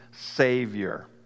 Savior